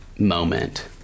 Moment